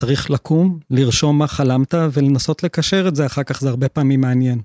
צריך לקום, לרשום מה חלמת ולנסות לקשר את זה, אחר כך זה הרבה פעמים מעניין.